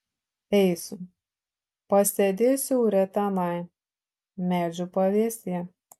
eisiu pasėdėsiu aure tenai medžių pavėsyje